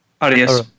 Adios